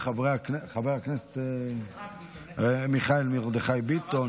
ינמק חבר הכנסת מיכאל מרדכי ביטון.